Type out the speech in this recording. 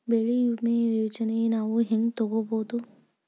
ಬೆಳಿ ವಿಮೆ ಯೋಜನೆನ ನಾವ್ ಹೆಂಗ್ ತೊಗೊಬೋದ್?